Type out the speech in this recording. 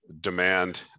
demand